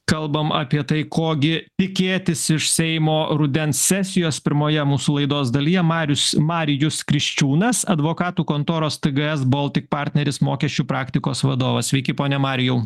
kalbam apie tai ko gi tikėtis iš seimo rudens sesijos pirmoje mūsų laidos dalyje marius marijus kriščiūnas advokatų kontoros tges baltic partneris mokesčių praktikos vadovas sveiki pone marijau